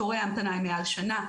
תורי ההמתנה הם מעל שנה,